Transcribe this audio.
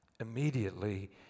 Immediately